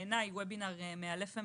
בעיניי, וובינר מאלף ומרתק.